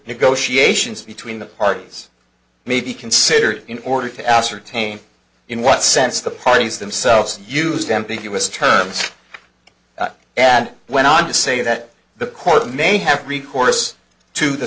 negotiations between the parties may be considered in order to ascertain in what sense the parties themselves used them think it was terms and went on to say that the court may have recourse to the